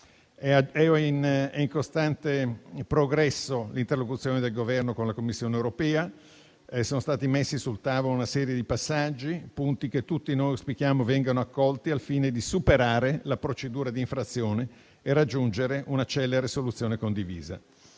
È in costante progresso l'interlocuzione del Governo con la Commissione europea e sono stati messi sul tavolo una serie di passaggi e di punti che tutti noi auspichiamo vengano accolti, al fine di superare la procedura di infrazione e di raggiungere una celere soluzione condivisa.